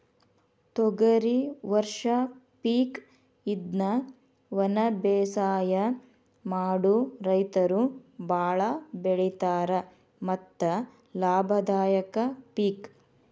ತೊಗರಿ ವರ್ಷ ಪಿಕ್ ಇದ್ನಾ ವನಬೇಸಾಯ ಮಾಡು ರೈತರು ಬಾಳ ಬೆಳಿತಾರ ಮತ್ತ ಲಾಭದಾಯಕ ಪಿಕ್